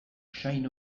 usain